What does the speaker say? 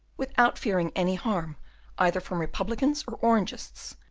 without fearing any harm either from republicans or orangists,